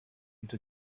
into